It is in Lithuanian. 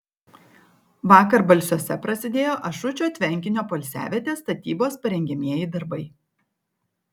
vakar balsiuose prasidėjo ašučio tvenkinio poilsiavietės statybos parengiamieji darbai